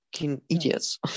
idiots